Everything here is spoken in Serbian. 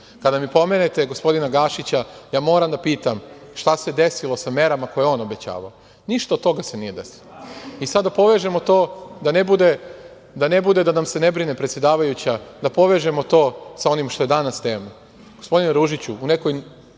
sada. Kada mi pomenete gospodina Gašića, ja moram da pitam - šta se desilo sa merama koje je on obećavao? Ništa od toga se nije desilo. Sada da povežemo to, da ne bude da nam se ne brine predsedavajuća, da povežemo to sa onim što je danas tema. Gospodine Ružiću, u nekoj